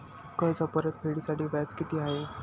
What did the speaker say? कर्ज परतफेडीसाठी व्याज किती आहे?